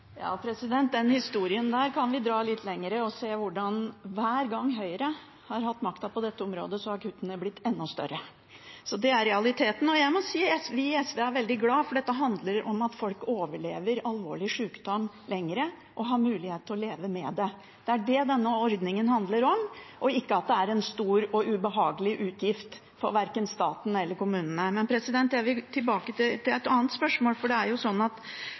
Den historien kan vi dra litt lenger og se at hver gang Høyre har hatt makten på dette området, har kuttene blitt enda større. Det er realiteten. Jeg må si at vi i SV er veldig glade, for denne ordningen handler om at folk overlever alvorlig sykdom lenger, at man har mulighet til å leve med det. Det er det denne ordningen handler om, ikke at det er en stor og ubehagelig utgift for verken staten eller kommunene. Men jeg vil tilbake til et annet spørsmål.